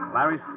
Larry